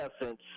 essence